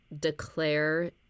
declare